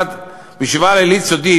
בישיבה לילית סודית,